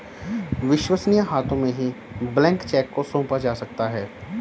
विश्वसनीय हाथों में ही ब्लैंक चेक को सौंपा जा सकता है